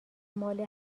مال